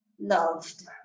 loved